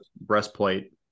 Breastplate